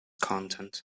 content